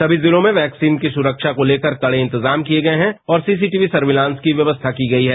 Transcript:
समी जिलों में वैक्सीन कीसुरक्षा का लेकर कड़े इंतजाम किए गए हैं और सीसीटीवी सर्विलेंस की व्यक्स्था की गई है